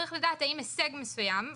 צריך לדעת האם הישג מסוים,